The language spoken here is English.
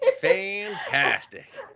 fantastic